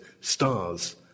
stars